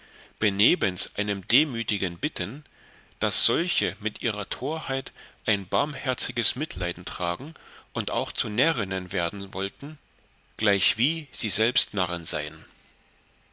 einem demütigen bitten daß solche mit ihrer torheit ein barmherziges mitleiden tragen und auch zu närrinnen werden wollten gleichwie sie selbst narren sein